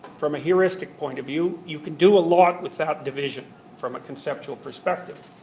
from a heuristic point of view. you can do a lot with that division from a conceptual perspective.